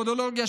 פודולגית,